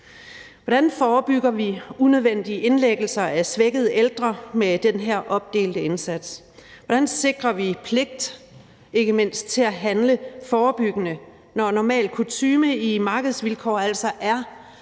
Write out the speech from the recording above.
Hvordan forebygger vi unødvendige indlæggelser af svækkede ældre med den her opdelte indsats? Hvordan sikrer vi ikke mindst pligt til at handle forebyggende, når normal kutyme i markedsvilkår altså er,